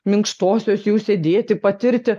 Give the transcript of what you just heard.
minkštosios jau sėdėti patirti